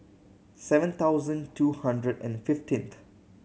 seven thousand two hundred and fifteenth